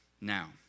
Now